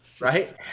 right